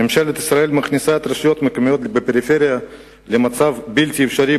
ממשלת ישראל מכניסה את הרשויות המקומיות בפריפריה למצב בלתי אפשרי,